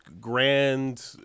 Grand